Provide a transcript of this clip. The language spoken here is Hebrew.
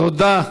תודה.